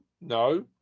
No